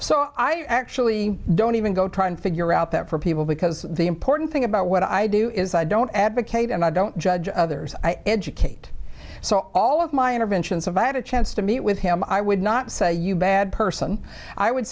so i actually don't even go try and figure out that for people because the important thing about what i do is i don't advocate and i don't judge others i educate so all of my interventions if i had a chance to meet with him i would not say you bad person i would